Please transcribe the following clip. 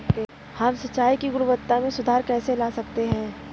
हम सिंचाई की गुणवत्ता में सुधार कैसे ला सकते हैं?